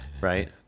Right